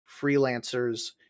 freelancers